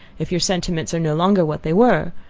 if your sentiments are no longer what they were,